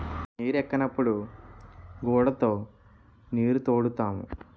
నీరెక్కనప్పుడు గూడతో నీరుతోడుతాము